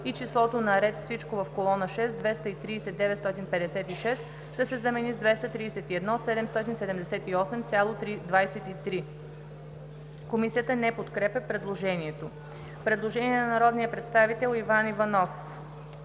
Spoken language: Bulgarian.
и числото на ред „Всичко" в колона 6 „230 956“ да се замени с „231 778,23“.“ Комисията не подкрепя предложението. Предложение на народния представител Иван Иванов: